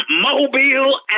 Mobile